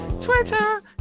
Twitter